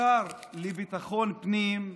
השר לביטחון הפנים,